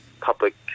public